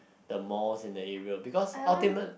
the malls in the area because ultimate